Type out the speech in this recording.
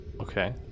Okay